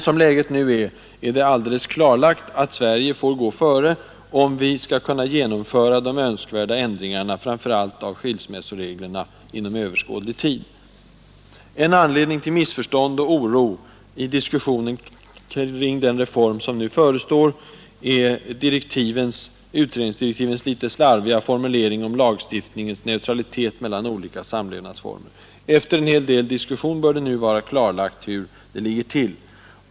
Som läget nu är, står det alldeles klart att Sverige får gå före, om vi skall kunna genomföra de önskvärda ändringarna av framför allt skilsmässoreglerna inom överskådlig tid. En anledning till missförstånd och oro i diskussionen kring den reform som nu förestår är utredningsdirektivens litet slarviga formulering om lagstiftningens neutralitet mellan olika samlevnadsformer. Men det bör nu vara klarlagt hur det ligger till.